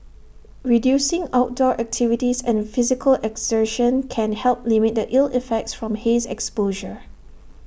reducing outdoor activities and physical exertion can help limit the ill effects from haze exposure